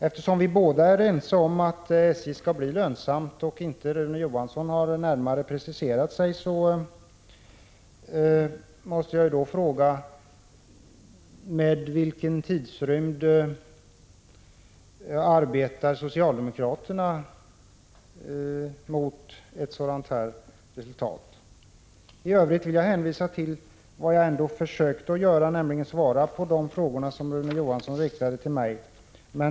Eftersom vi båda är ense om att SJ skall bli lönsamt och Rune Johansson inte närmare har preciserat sig, måste jag fråga: Med vilken tidrymd arbetar socialdemokraterna när det gäller ett sådant här resultat? I övrigt vill jag framhålla att jag ändå har försökt svara på de frågor som Rune Johansson riktat till mig.